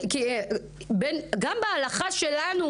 גם בהלכה שלנו,